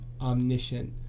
omniscient